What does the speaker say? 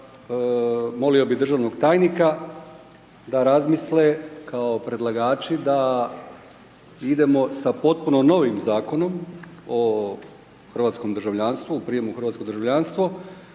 molio bi državnog tajnika, da razmisle kao predlagači, da idemo sa potpuno novim Zakonom o hrvatskom državljanstvu, u prijemu u hrvatsko državljanstvo,